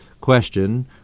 question